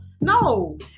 no